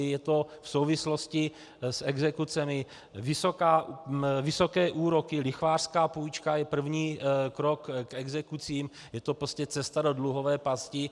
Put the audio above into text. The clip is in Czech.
Je to v souvislosti s exekucemi, vysoké úroky, lichvářská půjčka je první krok k exekucím, je to prostě cesta do dluhové pasti.